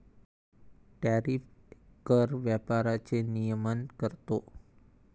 tariff कर व्यापाराचे नियमन करतो